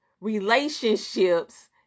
relationships